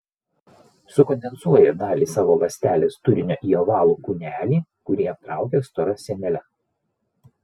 sukondensuoja dalį savo ląstelės turinio į ovalų kūnelį kurį aptraukia stora sienele